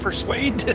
Persuade